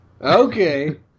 okay